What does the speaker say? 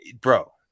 bro